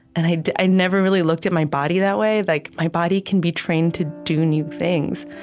and i i never really looked at my body that way, like, my body can be trained to do new things.